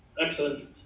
Excellent